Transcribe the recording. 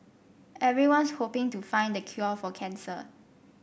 everyone's hoping to find the cure for cancer